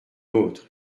autre